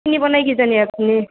চিনি পৱা নাই কিজানি আপুনি